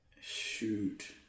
shoot